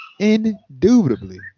Indubitably